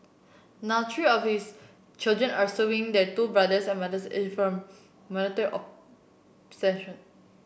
now three of his children are suing their two brothers and mothers informal minority oppression